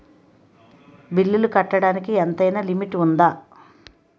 బిల్లులు కట్టడానికి ఎంతైనా లిమిట్ఉందా?